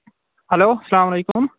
hello سَلام علیکُم